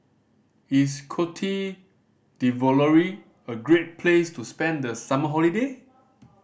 is Cote D'Ivoire a great place to spend the summer holiday